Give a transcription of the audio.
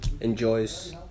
enjoys